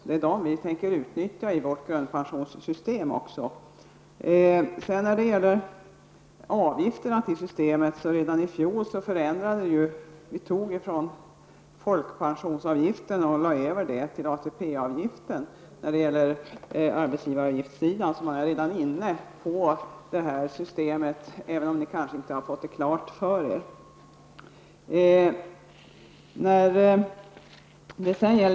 Det är dem vi tänker utnyttja i vårt grundpensionssystem också. När det sedan gäller avgifterna till systemet förändrade vi dem redan i fjol. När det gäller arbetsgivaravgiftssidan tog vi från folkpensionsavgifterna och lade över på ATP avgifterna. Man är redan inne på det här systemet, även om ni kanske inte har fått det klart för er.